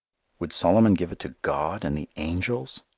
would solomon give it to god and the angels?